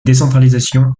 décentralisation